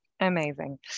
Amazing